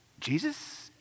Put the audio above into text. Jesus